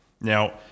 Now